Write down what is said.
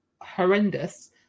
horrendous